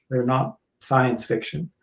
they're not science fiction.